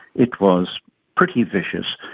it was pretty vicious.